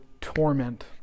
torment